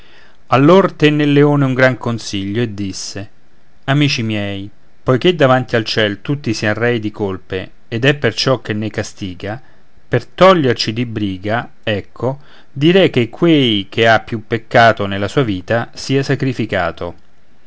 allor tenne il leone un gran consiglio e disse amici miei poiché davanti al ciel tutti siam rei di colpe ed è perciò che ne castiga per toglierci di briga ecco direi che quei che ha più peccato nella sua vita sia sacrificato